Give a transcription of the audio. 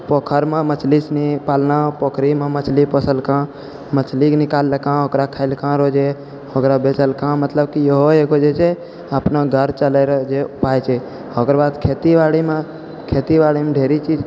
पोखरीमे मछली सनी पालना पोखरीमे भी मछली पोसलकऽ मछलीके निकाललकऽ ओकरा खैलकऽ रोजे ओकरा बेचलकऽ मतलब कि ईहो एगो जे छै अपना घर चलै रहै जे उपाय छै ओकरऽ बाद खेती बारीमे खेती बारीमे ढेरी चीज